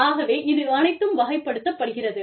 ஆகவே இது அனைத்தும் வகைப்படுத்தப்படுகிறது